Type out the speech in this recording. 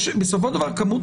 בסופו של דבר כמות